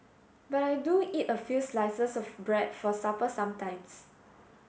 but I do eat a few slices of bread for supper sometimes